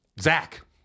Zach